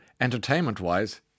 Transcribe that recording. entertainment-wise